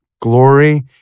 glory